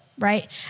right